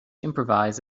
improvise